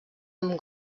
amb